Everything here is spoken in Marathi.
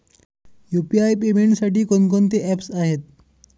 यु.पी.आय पेमेंटसाठी कोणकोणती ऍप्स आहेत?